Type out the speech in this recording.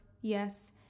yes